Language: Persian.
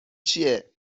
چیه